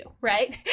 right